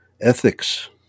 ethics